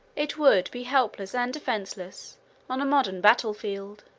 it would be helpless and defenseless on a modern battle-field.